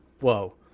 Whoa